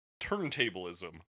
turntablism